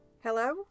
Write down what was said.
Hello